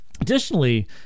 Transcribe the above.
Additionally